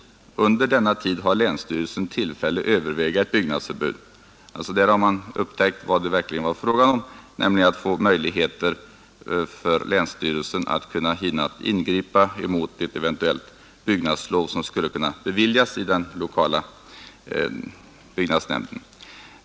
Under denna tid har länsstyrelsen tillfälle att överväga ett byggnadsförbud.” Där har man upptäckt vad det verkligen är fråga om, nämligen att ge möjlighet åt länsstyrelsen att hinna ingripa mot ett byggnadslov som eventuellt kunde beviljas av den lokala byggnadsnämnden.